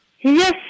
Yes